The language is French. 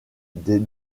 des